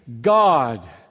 God